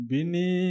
Bini